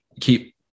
keep